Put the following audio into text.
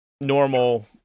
normal